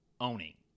owning